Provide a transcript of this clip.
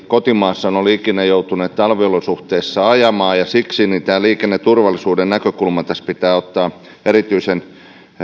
kotimaassaan ole ikinä joutuneet talviolosuhteissa ajamaan siksi tämä liikenneturvallisuuden näkökulma pitää ottaa erityisen